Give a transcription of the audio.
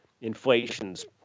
inflation's